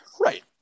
right